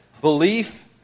Belief